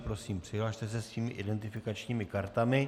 Prosím, přihlaste se svými identifikačními kartami.